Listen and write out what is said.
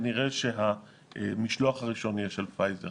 כנראה שהמשלוח ראשון יהיה של פייזר.